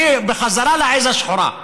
בחזרה לעז השחורה,